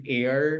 air